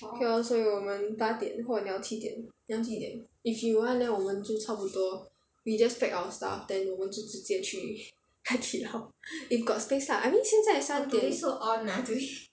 okay lor 所以我们八点或你要七点你要几点 if you want then 我们就差不多 we just pack our stuff then 我们就直接去海底捞 if got space lah I mean 现在三点